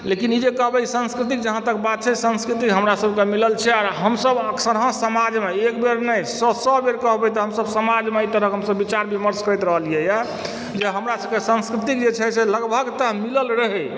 लेकिन ई जे कहबै संस्कृतिके जहाँ तक बात छै संस्कृति हमरासभके मिलल छै आओर हमसभ अक्सरहाँ समाजमे एक बेर नहि सए सए बेर कहबै तऽ हमसभ समाजमे एहि तरहक हमसभ विचार विमर्श करैत रहलियैए जे हमरासभके संस्कृति जे छै से लगभग तऽ मिलल रहै